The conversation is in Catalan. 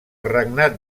regnat